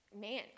man